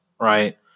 right